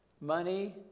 money